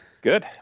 Good